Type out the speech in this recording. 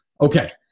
Okay